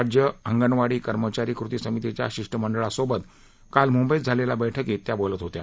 राज्य अंगणवाडी कर्मचारी कृती समितीच्या शिष्टमंडळासोबत काल मुंबईत झालेल्या बैठकीत त्या बोलत होत्या